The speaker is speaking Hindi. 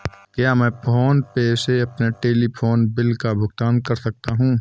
क्या मैं फोन पे से अपने टेलीफोन बिल का भुगतान कर सकता हूँ?